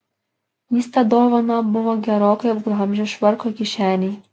jis tą dovaną buvo gerokai apglamžęs švarko kišenėj